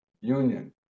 union